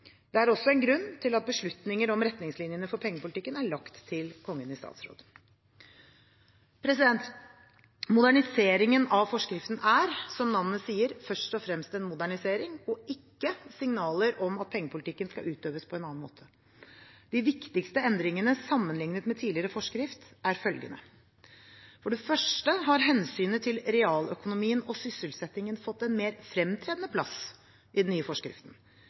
Det er også en grunn til at beslutninger om retningslinjene for pengepolitikken er lagt til Kongen i statsråd. Moderniseringen av forskriften er, som navnet sier, først og fremst en modernisering og ikke signaler om at pengepolitikken skal utøves på en annen måte. De viktigste endringene sammenlignet med tidligere forskrift er følgende: For det første har hensynet til realøkonomien og sysselsettingen fått en mer fremtredende plass i den nye forskriften.